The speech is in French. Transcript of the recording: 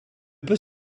peut